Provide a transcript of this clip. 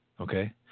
Okay